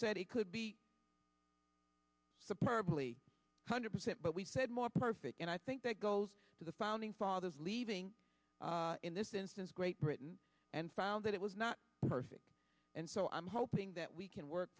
said it could be perfectly hundred percent but we said more perfect and i think that goes to the founding fathers leaving in this instance great britain and found that it was not perfect and so i'm hoping that we can work